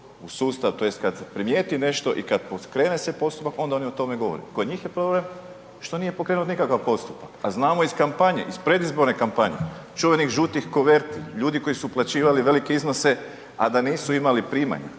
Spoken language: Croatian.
u sustav tj. kad se primijeti nešto i kad krene se postupak, onda o tome oni govore, kod njih je problem što nije pokrenut nikakav postupak a znamo iz kampanje, iz predizborne kampanje, čuvenih žutih kuverti, ljudi koji su uplaćivali velike iznose a da nisu imali primanja